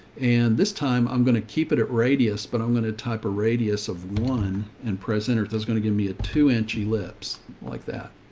and this time i'm going to keep it at radius, but i'm going to type a radius of one and present it. that's going to give me a two inch. he lips like that.